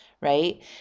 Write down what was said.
right